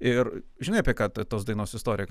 ir žinai apie ką t tos dainos istorija